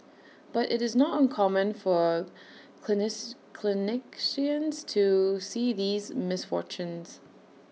but IT is not uncommon for clinicians to see these misfortunes